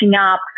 up